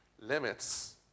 limits